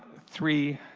three,